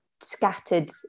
scattered